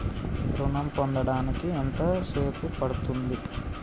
ఋణం పొందడానికి ఎంత సేపు పడ్తుంది?